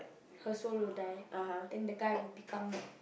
her soul will die then the guy will become mad